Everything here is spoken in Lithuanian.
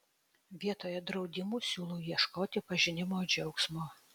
vietoje draudimų siūlau ieškoti pažinimo džiaugsmo